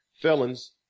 felons